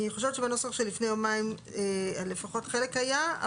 אני חושבת שבנוסח של לפני יומיים לפחות חלק היה.